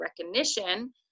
recognition